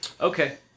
Okay